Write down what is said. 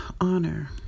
honor